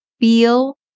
feel